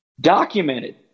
documented